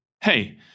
Hey